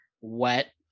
wet